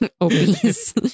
Obese